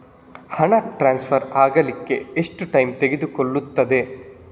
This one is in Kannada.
ಹಣ ಟ್ರಾನ್ಸ್ಫರ್ ಅಗ್ಲಿಕ್ಕೆ ಎಷ್ಟು ಟೈಮ್ ತೆಗೆದುಕೊಳ್ಳುತ್ತದೆ?